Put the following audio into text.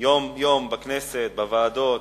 בכך יום-יום בכנסת, בוועדות.